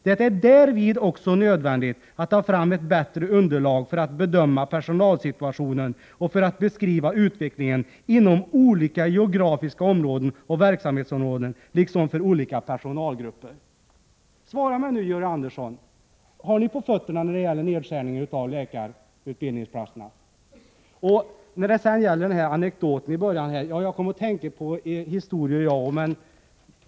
Det är därvid också nödvändigt att ta fram ett bättre underlag för att bedöma personalsituationen och för att beskriva utvecklingen inom olika geografiska områden och verksamhetsområden liksom för olika personalgrupper.” Svara mig nu, Georg Andersson: Kan ni försvara en nedskärning av antalet platser inom läkarutbildningen? När jag hörde på Georg Anderssons anekdot kom jag också att tänka på en historia.